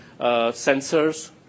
sensors